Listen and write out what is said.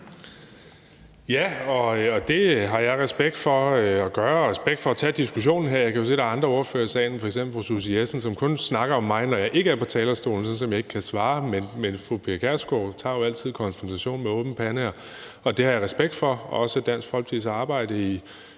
Bek): Det har jeg respekt for, og jeg har respekt for at tage diskussionen. Jeg kan jo se, at der andre ordførere her i salen, f.eks. fru Susie Jessen, som kun snakker om mig, når jeg ikke er på talerstolen, sådan at jeg ikke kan svare. Fru Pia Kjærsgaard tager altid konfrontationen med åben pande, og det har jeg respekt for. Jeg har også respekt for Dansk Folkepartis arbejde i